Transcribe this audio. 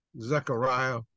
Zechariah